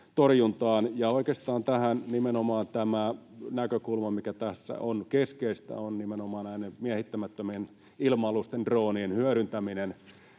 torjuntaan. Oikeastaan tämä näkökulma, mikä tässä on keskeistä, on nimenomaan näiden miehittämättömien ilma-alusten, droonien, hyödyntäminen